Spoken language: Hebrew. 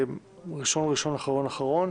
ראשון ראשון, אחרון אחרון.